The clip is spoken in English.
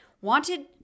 wanted